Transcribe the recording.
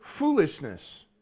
Foolishness